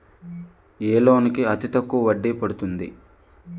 ఏ loan కి అతి తక్కువ వడ్డీ పడుతుంది?